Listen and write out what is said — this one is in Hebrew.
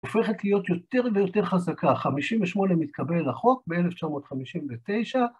הופכת להיות יותר ויותר חזקה. 58' מתקבל לחוק ב-1959.